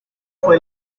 fue